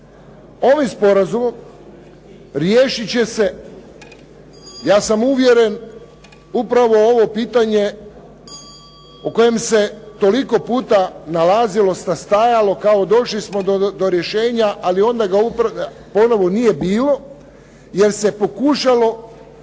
Ovim sporazumom riješit će se, ja sam uvjeren, upravo ovo pitanje o kojem se toliko puta nalazilo, sastajalo, kao došli smo do rješenja, ali onda ga ponovo nije bilo jer se pokušalo